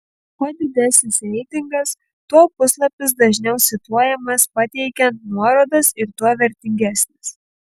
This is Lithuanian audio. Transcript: kuo didesnis reitingas tuo puslapis dažniau cituojamas pateikiant nuorodas ir tuo vertingesnis